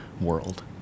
world